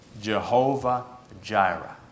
Jehovah-Jireh